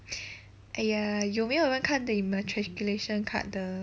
!aiya! 有没有人看你的 matriculation card 的